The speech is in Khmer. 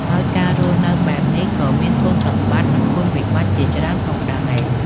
ហើយការរស់នៅបែបនេះក៏មានគុណសម្បតិ្តនឹងគុណវិបត្តិជាច្រើនផងដែរ ។